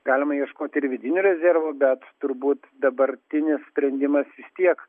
galima ieškoti ir vidinių rezervų bet turbūt dabartinis sprendimas vis tiek